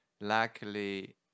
luckily